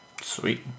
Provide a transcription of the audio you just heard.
Sweet